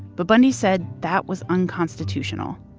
but bundy said that was unconstitutional.